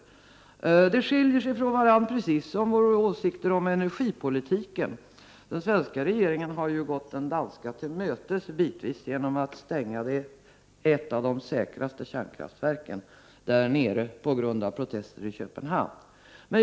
Politiken skiljer sig, precis som åsikterna om energipolitiken. Den svenska regeringen har ju gått den danska till mötes bitvis genom att stänga ett av de säkraste kärnkraftverken på grund av protester i Köpenhamn.